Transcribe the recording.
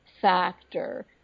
factor